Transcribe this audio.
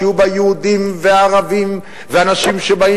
שיהיו בה יהודים וערבים ואנשים שבאים